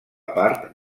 part